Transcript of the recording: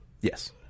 Yes